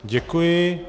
Děkuji.